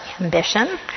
ambition